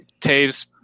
Taves